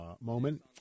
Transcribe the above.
moment